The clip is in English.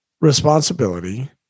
responsibility